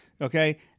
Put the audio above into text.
okay